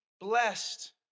blessed